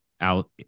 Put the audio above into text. out